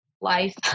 life